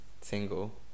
single